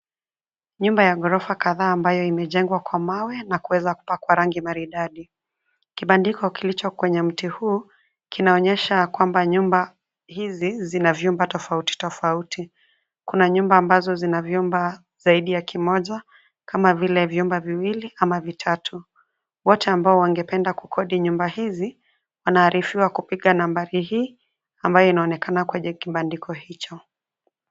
Nyumba ya ghorofa kadhaa ambayo imejengwa kwa mawe na kuweza kupakwa rangi maridadi. Kibandiko kilicho kwenye mti huu kinaonyesha ya kwamba nyumba hizi zina vyumba tofauti tofauti, kuna nyumba ambazo zina vyumba zaidi ya kimoja kama vile vyumba viwili ama vitatu. Wote ambao wangependa kukodi nyumba hizi wanaarifiwa kupiga nambari hii ambayo inaonekana kwenye kibandiko hicho.